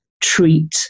treat